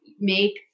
make